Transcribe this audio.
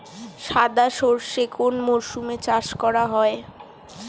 সাদা সর্ষে কোন মরশুমে চাষ করা হয়?